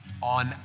on